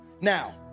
Now